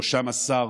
ובראש השר,